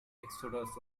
exodus